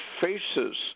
faces